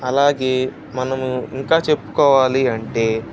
అలాగే మనము ఇంకా చెప్పుకోవాలి అంటే